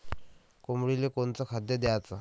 कोंबडीले कोनच खाद्य द्याच?